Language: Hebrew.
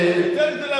זה, גם בנצרת יש ישראלים.